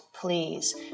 please